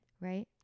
right